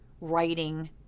writing